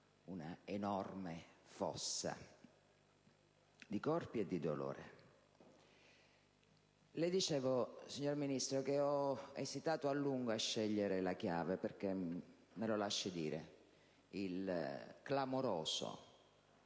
un'enorme fossa di corpi e di dolore. Le dicevo, signor Ministro, che ho esitato a lungo a scegliere la chiave perché - me lo lasci dire - il clamoroso